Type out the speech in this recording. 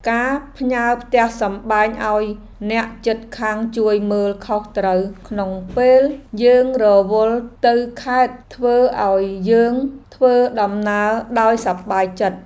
ការផ្ញើផ្ទះសម្បែងឱ្យអ្នកជិតខាងជួយមើលខុសត្រូវក្នុងពេលយើងរវល់ទៅខេត្តធ្វើឱ្យយើងធ្វើដំណើរដោយសប្បាយចិត្ត។